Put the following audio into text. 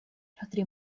rhodri